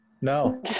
No